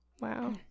Wow